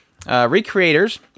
Recreators